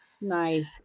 Nice